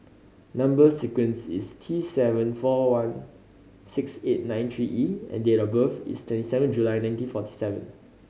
number sequence is T seven four one six eight nine three E and date of birth is twenty seven July nineteen forty seven